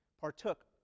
partook